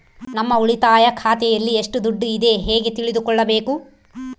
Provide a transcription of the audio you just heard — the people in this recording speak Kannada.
ನಮ್ಮ ಉಳಿತಾಯ ಖಾತೆಯಲ್ಲಿ ಎಷ್ಟು ದುಡ್ಡು ಇದೆ ಹೇಗೆ ತಿಳಿದುಕೊಳ್ಳಬೇಕು?